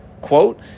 quote